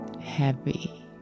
heavy